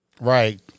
right